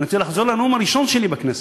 ואני רוצה לחזור לנאום הראשון שלי בכנסת,